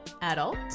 adult